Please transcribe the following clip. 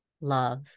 love